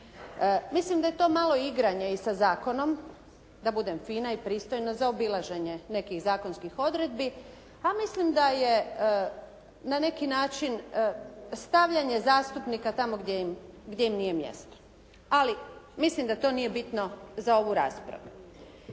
Mislim da je to malo i igranje sa zakonom da budem fina i pristojna, zaobilaženje nekih zakonskih odredbi, a mislim da je na neki način stavljanje zastupnika tamo gdje im nije mjesto. Ali mislim da to nije bitno za ovu raspravu.